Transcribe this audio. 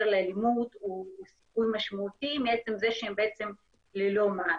לאלימות הוא סיכוי משמעותי מעצם זה שהם בעצם ללא מעש.